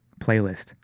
playlist